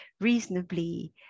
reasonably